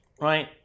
Right